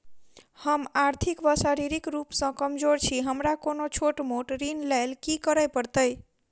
हम आर्थिक व शारीरिक रूप सँ कमजोर छी हमरा कोनों छोट मोट ऋण लैल की करै पड़तै?